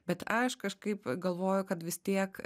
bet aš kažkaip galvoju kad vis tiek